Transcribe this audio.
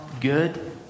good